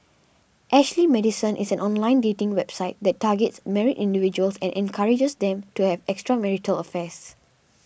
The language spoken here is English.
Ashley Madison is an online dating website that targets married individuals and encourages them to have extramarital affairs